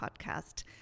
podcast